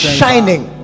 shining